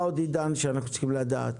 עידן, מה עוד אנחנו צריכים לדעת?